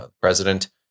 president